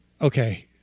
okay